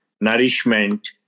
nourishment